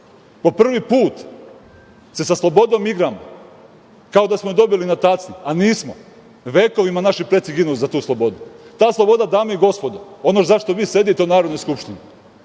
prvi put se sa slobodom igramo, kao da smo je dobili na tacni, a nismo. Vekovima naši preci ginu za tu slobodu. Ta sloboda, dame i gospodo, ono za šta vi sedite u Narodnoj skupštini,